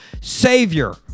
Savior